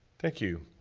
thank you.